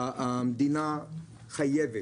המדינה חייבת,